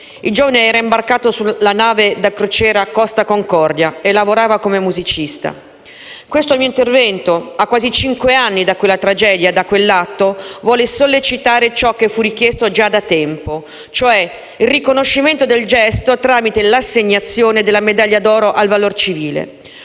Il giovane era imbarcato sulla nave da crociera Costa Concordia e lavorava come musicista. Questo mio intervento, a quasi cinque anni da quella tragedia e da quell'atto, vuole sollecitare ciò che fu richiesto già da tempo, e cioè il riconoscimento del gesto tramite l'assegnazione della medaglia d'oro al valor civile.